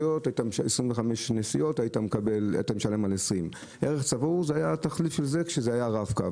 עם 25 נסיעות ומשלם על 20. התחליף של זה הוא ערך צבור ברב-קו